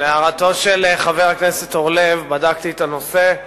להערתו של חבר הכנסת אורלב, בדקתי את הנושא.